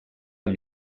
amb